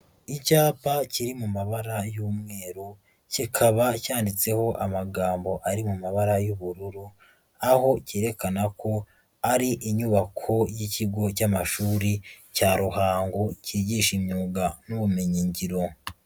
Icyapa kiri mu mabara y'umweru, kikaba cyanditseho amagambo ari mu mabara y'ubururu, aho cyerekana ko ari inyubako y'ikigo cy'amashuri cya Ruhango kigisha imyuga n'ubumenyi ngiro.